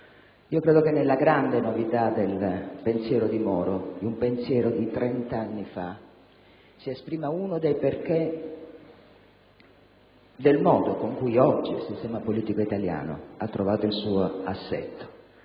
Credo che nella grande novità del pensiero di Moro, un pensiero di trent'anni fa, si esprima una delle ragioni del modo in cui oggi il sistema politico italiano ha trovato il suo assetto.